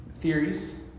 theories